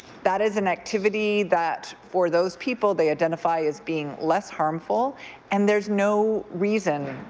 that is an activity that for those people they identify as being less harmful and there's no reason.